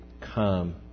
come